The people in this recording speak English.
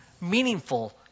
meaningful